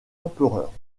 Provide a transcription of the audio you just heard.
empereurs